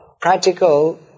practical